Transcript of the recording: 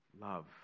love